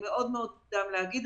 מאוד מאוד מוקדם להגיד.